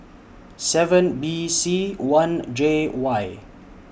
seven B C one J Y